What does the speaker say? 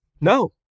No